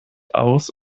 aus